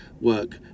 work